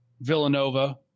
Villanova